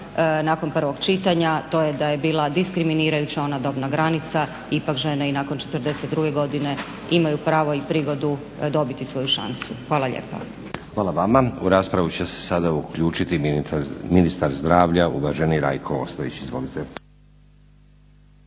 nakon prvog čitanja, a to je da je bila diskriminirajuća ona dobna granica. Ipak žene i nakon 42 godine imaju pravo i prigodu dobiti svoju šansu. Hvala lijepa. **Stazić, Nenad (SDP)** Hvala vama. U raspravu će se sada uključiti ministar zdravlja uvaženi Rajko Ostojić. Izvolite.